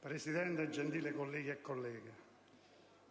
Presidente, gentili colleghe e colleghi,